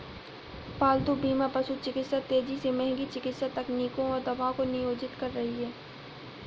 पालतू बीमा पशु चिकित्सा तेजी से महंगी चिकित्सा तकनीकों और दवाओं को नियोजित कर रही है